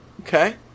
Okay